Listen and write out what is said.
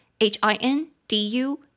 H-I-N-D-U